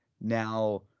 Now